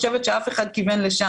ואף אחד לא כיוון לשם.